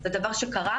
זה דבר שקרה,